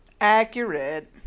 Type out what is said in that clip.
Accurate